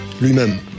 lui-même